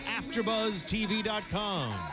afterbuzztv.com